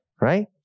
Right